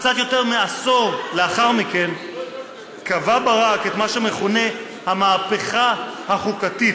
קצת יותר מעשור לאחר מכן קבע ברק את מה שמכונה המהפכה החוקתית,